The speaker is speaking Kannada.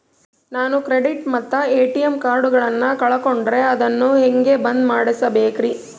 ನಾನು ಕ್ರೆಡಿಟ್ ಮತ್ತ ಎ.ಟಿ.ಎಂ ಕಾರ್ಡಗಳನ್ನು ಕಳಕೊಂಡರೆ ಅದನ್ನು ಹೆಂಗೆ ಬಂದ್ ಮಾಡಿಸಬೇಕ್ರಿ?